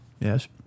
Yes